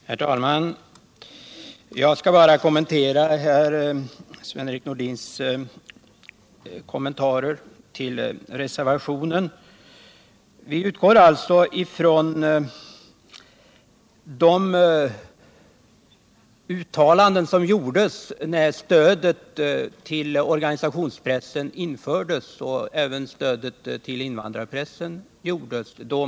Herr talman! Jag vill bara säga några ord om Sven-Erik Nordins kommentarer till reservationen. Vi utgår ifrån de uttalanden som gjordes när stödet till organisationspressen och även invandrarpressen infördes.